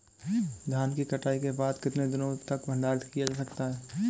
धान की कटाई के बाद कितने दिनों तक भंडारित किया जा सकता है?